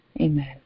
Amen